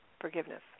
forgiveness